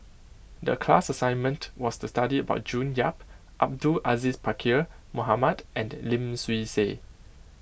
the class assignment was to study about June Yap Abdul Aziz Pakkeer Mohamed and Lim Swee Say